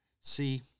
See